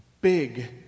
big